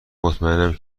مطمئنم